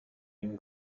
une